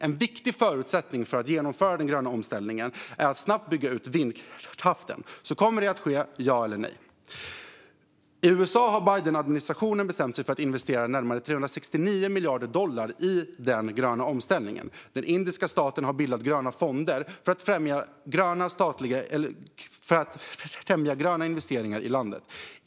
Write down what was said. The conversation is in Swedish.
En viktig förutsättning för att genomföra den gröna omställningen är att man snabbt bygger ut vindkraften. Kommer det att ske - ja eller nej? I USA har Bidenadministrationen bestämt sig för att investera närmare 369 miljarder dollar i den gröna omställningen. Den indiska staten har bildat gröna fonder för att främja gröna investeringar i landet.